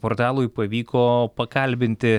portalui pavyko pakalbinti